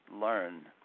learn